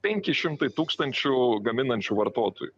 penki šimtai tūkstančių gaminančių vartotojų